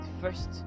first